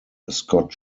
scott